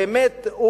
באמת,